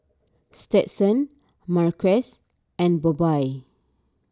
Stetson Marques and Bobbye